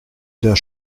der